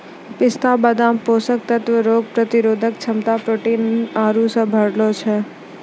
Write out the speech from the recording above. पिस्ता बादाम पोषक तत्व रोग प्रतिरोधक क्षमता प्रोटीन आरु से भरलो छै